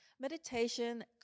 Meditation